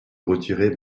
retirer